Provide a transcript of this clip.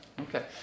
Okay